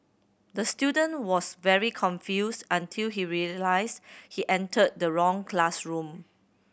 the student was very confused until he realised he entered the wrong classroom